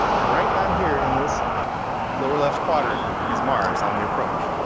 and right down here in this lower left quadrant, is mars, on the approach.